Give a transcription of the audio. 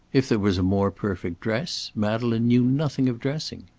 if there was a more perfect dress, madeleine knew nothing of dressing.